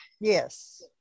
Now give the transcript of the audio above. yes